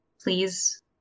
Please